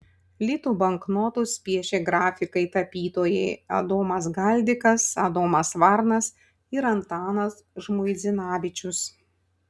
litų banknotus piešė grafikai tapytojai adomas galdikas adomas varnas ir antanas žmuidzinavičius